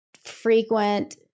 frequent